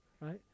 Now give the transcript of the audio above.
right